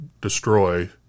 destroy